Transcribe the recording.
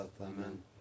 Amen